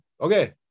Okay